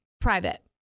private